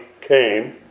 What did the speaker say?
came